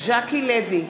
ז'קי לוי,